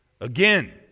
Again